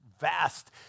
vast